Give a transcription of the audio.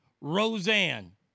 Roseanne